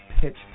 Pitch